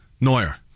Neuer